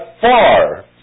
far